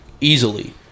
easily